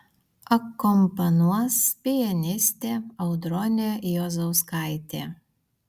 akompanuos pianistė audronė juozauskaitė